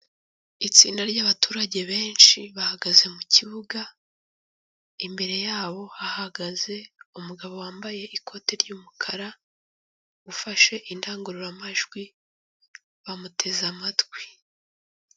Itsinda ry'abaturage benshi, bahagaze mu kibuga, imbere yabo hahagaze umugabo wambaye ikote ry'umukara, ufashe indangururamajwi, bamuteze amatwi.